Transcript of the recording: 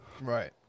Right